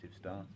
start